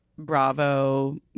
Bravo